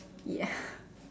ya